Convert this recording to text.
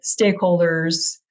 stakeholders